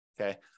okay